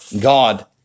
God